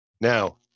Now